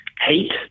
hate